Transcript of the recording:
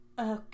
Okay